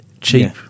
Cheap